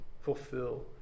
fulfill